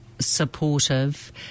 supportive